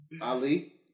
Ali